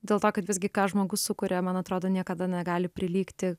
dėl to kad visgi ką žmogus sukuria man atrodo niekada negali prilygti